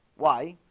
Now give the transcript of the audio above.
why?